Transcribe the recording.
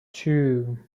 two